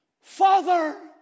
Father